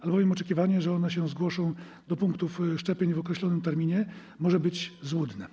Albowiem oczekiwanie, że one się zgłoszą do punktów szczepień w określonym terminie, może być złudne.